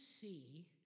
see